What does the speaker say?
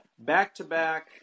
Back-to-back